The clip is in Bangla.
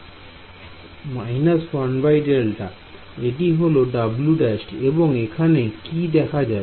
− 1Δ এটি হলো w′ এবং এখানে কি দেখা যাবে